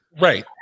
right